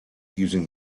using